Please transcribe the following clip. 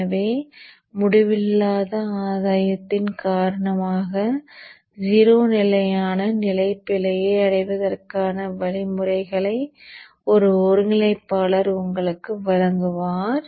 எனவே முடிவில்லாத ஆதாயத்தின் காரணமாக 0 நிலையான நிலைப் பிழையை அடைவதற்கான வழிமுறைகளை ஒரு ஒருங்கிணைப்பாளர் உங்களுக்கு வழங்குவார்